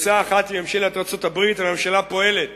בעצה אחת עם ממשלת ארצות-הברית הממשלה פועלת